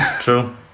true